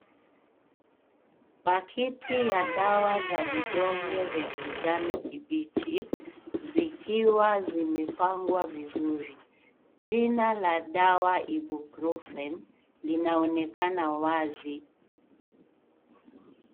Pakiti ya dawa za vidonge ya kijani kibichi zikiwa zimepangwa vizuri ,jina la dawa Ipuprofen inaonekana wazi.